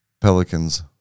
Pelicans